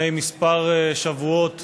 לפני כמה שבועות